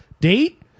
date